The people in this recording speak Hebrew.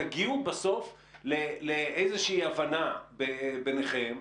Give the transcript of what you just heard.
תגיעו בסוף לאיזה הבנה ביניכם,